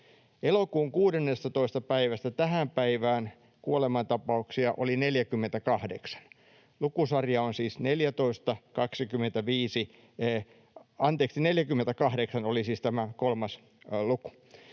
Elokuun 16. päivästä tähän päivään kuolemantapauksia oli 48. Lukusarja on siis 14,